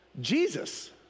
Jesus